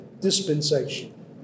dispensation